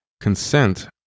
consent